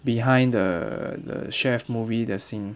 behind the the chef movie the scene